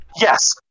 Yes